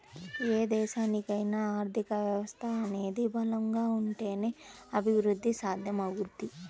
ఏ దేశానికైనా ఆర్థిక వ్యవస్థ అనేది బలంగా ఉంటేనే అభిరుద్ధి సాధ్యమవుద్ది